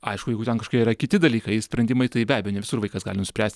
aišku jeigu ten kažkokie yra kiti dalykai sprendimai tai be abejo ne visur vaikas gali nuspręsti